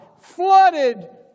flooded